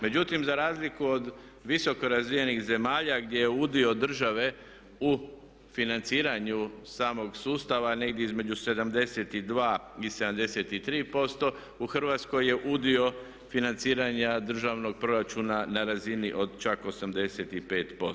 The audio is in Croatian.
Međutim, za razliku od visoko razvijenih zemalja gdje je udio države u financiranju samog sustava negdje između 72 i 73% u Hrvatskoj je udio financiranja državnog proračuna na razini od čak 85%